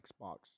Xbox